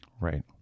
Right